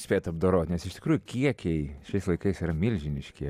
spėjat apdorot nes iš tikrųjų kiekiai šiais laikais yra milžiniški